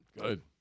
Good